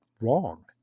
wrong